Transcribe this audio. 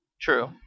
True